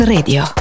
Radio